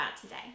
today